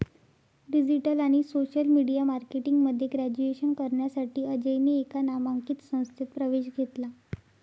digital आणि social media marketing मध्ये graduation करण्यासाठी अजयने एका नामांकित संस्थेत प्रवेश घेतला